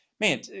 man